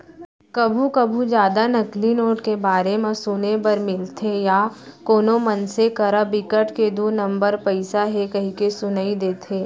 कभू कभू जादा नकली नोट के बारे म सुने बर मिलथे या कोनो मनसे करा बिकट के दू नंबर पइसा हे कहिके सुनई देथे